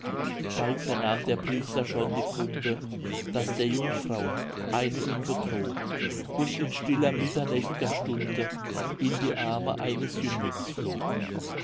bald vernahm der priester schon die kunde daß der jungfrau'n eine ihn betrog und in stiller mitternächt'ger stunde in die arme eines jünglings flog